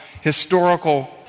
historical